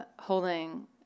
holding